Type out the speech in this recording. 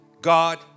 God